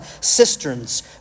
cisterns